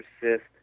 persist